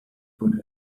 put